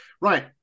right